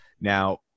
Now